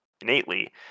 innately